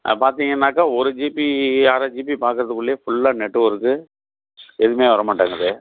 பார்த்தீங்கனாக்கா ஒரு ஜிபி அரை ஜிபி பார்க்கறதுக்குள்ளே ஃபுல்லாக நெட்வொர்க்கு எதுவுமே வரமாட்டேங்குது